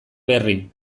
berri